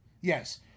Yes